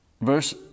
Verse